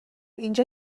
اینجا